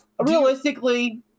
realistically